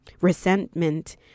resentment